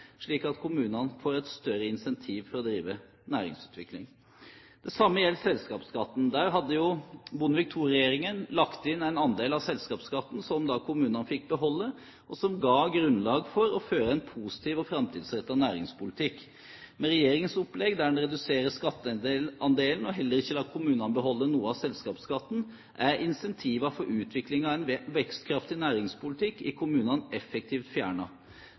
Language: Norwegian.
slik at kommunene får et større incentiv til å drive næringsutvikling. Det samme gjelder selskapsskatten. Der hadde Bondevik II-regjeringen lagt inn en andel av selskapsskatten som kommunene fikk beholde, og som la grunnlag for å føre en positiv og framtidsrettet næringspolitikk. Med Regjeringens opplegg, der en reduserer skatteandelen og heller ikke lar kommunene beholde noe av selskapsskatten, er incentivene for utvikling av en vekstkraftig næringspolitikk i kommunene effektivt